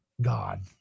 God